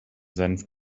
senf